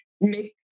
make